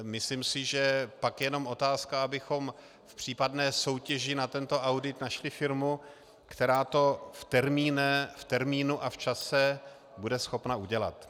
Myslím si, že pak je jenom otázka, abychom v případné soutěži na tento audit našli firmu, která to v termínu a v čase bude schopna udělat.